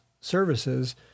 services